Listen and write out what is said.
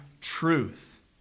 truth